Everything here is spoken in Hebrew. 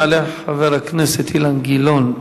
יעלה חבר הכנסת אילן גילאון,